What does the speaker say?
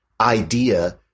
idea